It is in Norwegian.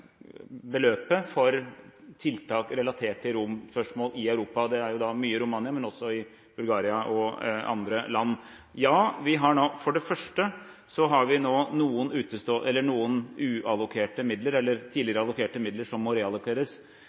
beløpet for tiltak relatert til romspørsmål i Europa – det er mye Romania, men også Bulgaria og andre land. Ja, for det første har vi nå noen tidligere allokerte midler som må reallokeres, knyttet til manglende oppfyllelse av CCS-ønsker og tidligere avtaler, midler som